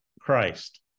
Christ